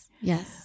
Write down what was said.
Yes